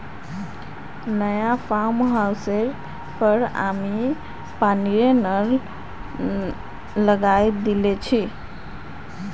नया फार्म हाउसेर पर हामी पानीर नल लगवइ दिल छि